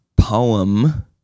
poem